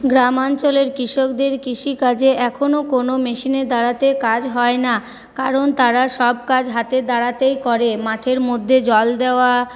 গ্রাম অঞ্চলের কৃষকদের কৃষিকাজে এখনো কোন মেশিনে দ্বারাতে কাজ হয় না কারণ তারা সব কাজ হাতের দ্বারাতেই করে মাঠের মধ্যে জল দেওয়া